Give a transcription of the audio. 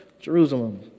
Jerusalem